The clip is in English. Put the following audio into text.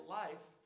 life